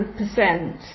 100%